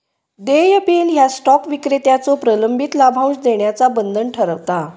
देय बिल ह्या स्टॉक विक्रेत्याचो प्रलंबित लाभांश देण्याचा बंधन ठरवता